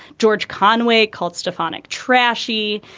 george conway called stefanic trashy.